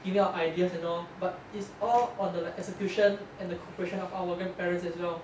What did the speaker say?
giving out ideas you know but it's all on the like execution and the cooperation of our grandparents as well